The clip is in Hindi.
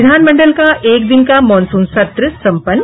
विधानमंडल का एक दिन का मॉनसून सत्र सम्पन्न